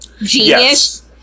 genius